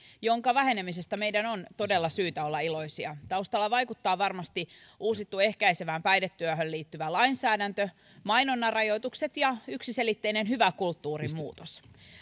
jonka vähenemisestä meidän on todella syytä olla iloisia taustalla vaikuttaa varmasti uusittu ehkäisevään päihdetyöhön liittyvä lainsäädäntö mainonnan rajoitukset ja yksiselitteinen hyvä kulttuurin muutos